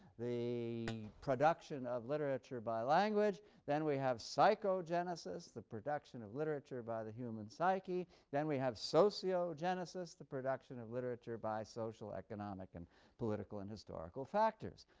the production of literature by language. then we have psychogenesis, the production of literature by the human psyche. then we have sociogenesis, the production of literature by social, economic, and political and historical factors.